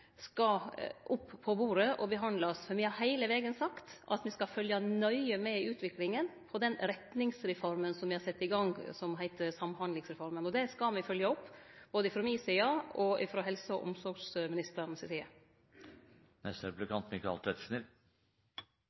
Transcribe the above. skal både rapporten og situasjonen som me får både positive og meir kritiske meldingar om, opp på bordet og verte handsama. For me har heile tida sagt at me skal følgje nøye med i utviklinga av den retningsreforma me har sett i gang, som heiter Samhandlingsreforma. Og det skal me følgje opp – både frå mi side og frå helse- og omsorgsministeren si side.